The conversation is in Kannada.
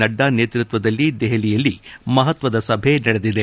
ನಡ್ಡಾ ನೇತೃತ್ವದಲ್ಲಿ ದೆಹಲಿಯಲ್ಲಿ ಮಹತ್ವದ ಸಭೆ ನಡೆದಿದೆ